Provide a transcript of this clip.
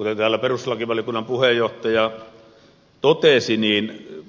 kuten täällä perustuslakivaliokunnan puheenjohtaja totesi